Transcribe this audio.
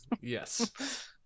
Yes